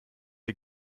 die